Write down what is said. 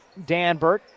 Danbert